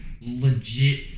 legit